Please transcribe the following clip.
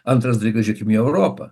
antras dalykas žiūrėkim į europą